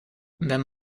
wenn